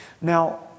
Now